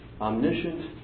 omniscient